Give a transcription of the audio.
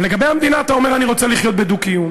לגבי המדינה אתה אומר: אני רוצה לחיות בדו-קיום.